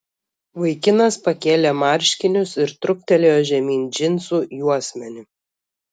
vaikinas pakėlė marškinius ir truktelėjo žemyn džinsų juosmenį